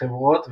חברות וכו',